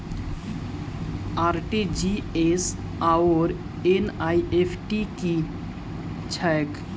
RTGS आओर NEFT की छैक?